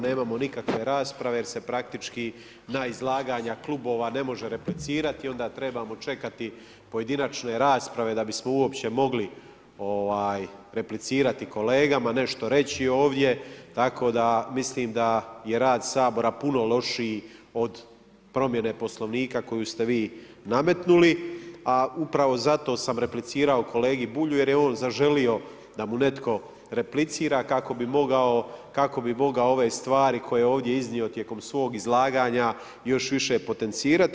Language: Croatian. Nemamo nikakve rasprave jer se praktički na izlaganja klubova ne može replicirati, onda trebamo čekati pojedinačne rasprave da bismo uopće mogli replicirati kolegama, nešto reći ovdje, tako da mislim da je rad Sabora puno lošiji od promjene Poslovnika koju ste vi nametnuli, a upravo zato sam replicirao kolegi Bulju jer je on zaželi da mu netko replicira kako bi mogao ove stvari koje je ovdje iznio tijekom svog izlaganja još više potencirati.